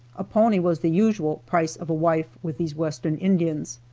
a pony was the usual price of a wife with these western indians.